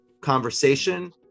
conversation